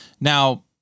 now